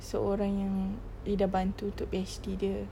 seorang yang ida bantu untuk P_H_D dia